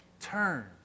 Turn